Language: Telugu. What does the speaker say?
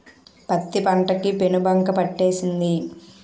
పత్తి పంట కి పేనుబంక పట్టేసింది